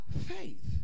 faith